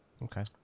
okay